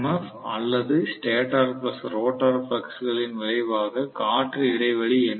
F அல்லது stator plus rotor flux களின் விளைவாக காற்று இடைவெளி எம்